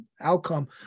outcome